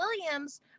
Williams